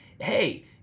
hey